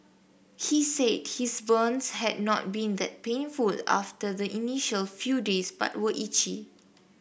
he said his burns had not been that painful after the initial few days but were itchy